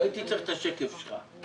לא הייתי צריך את השקף שלך.